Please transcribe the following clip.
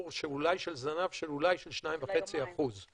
אולי של זנב של אולי 2.5%. של היומיים.